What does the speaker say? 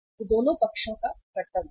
यह दोनों पक्षों का कर्तव्य है